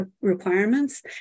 requirements